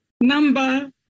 number